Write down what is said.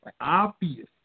Obvious